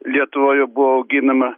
lietuvoje buvo auginama